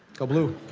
go blue.